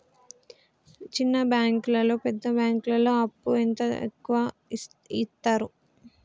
చిన్న బ్యాంకులలో పెద్ద బ్యాంకులో అప్పు ఎంత ఎక్కువ యిత్తరు?